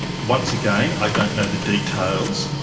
once again, i don't know the details.